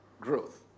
Growth